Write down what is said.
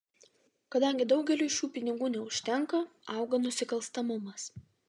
kadangi daugeliui šių pinigų neužtenka auga nusikalstamumas